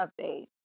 update